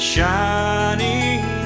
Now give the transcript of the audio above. Shining